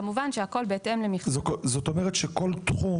כמובן שהכול בהתאם ל --- זאת אומרת שכל תחום